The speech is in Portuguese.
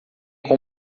com